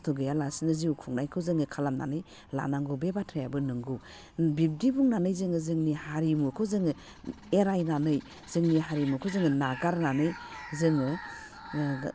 खस्थ' गैयालासिनो जिउ खुंनायखौ जोङो खालामनानै लानांगौ बे बाथ्रायाबो नंगौ बिब्दि बुंनानै जोङो जोंनि हारिमुखौ जोङो एरायनानै जोंनि हारिमुखौ जोङो नागारनानै जोङो